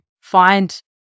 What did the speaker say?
find